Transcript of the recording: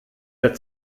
der